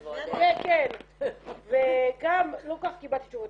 וגם לא כל כך קיבלתי תשובות.